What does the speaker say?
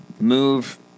move